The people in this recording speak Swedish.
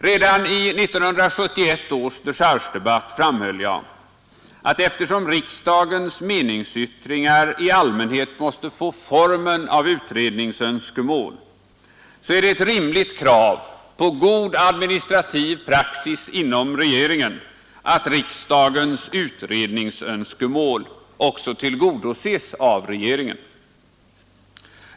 Redan i 1971 års dechargedebatt framhöll jag att eftersom riksdagens meningsyttringar i allmänhet måste få formen av utredningsönskemål är det ett rimligt krav på god administrativ praxis inom regeringen att riksdagens utredningsönskemål också tillgodoses av regeringen.